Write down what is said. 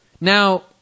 Now